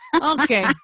Okay